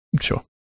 sure